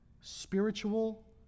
spiritual